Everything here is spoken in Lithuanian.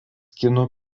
kinų